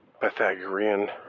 Pythagorean